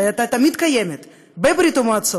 שהייתה תמיד קיימת בברית-המועצות,